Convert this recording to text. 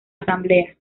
asamblea